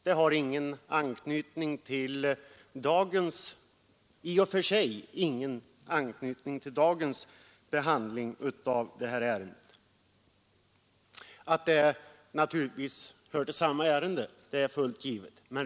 Det har i och för sig ingen anknytning till det ärende som vi i dag behandlar.